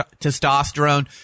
testosterone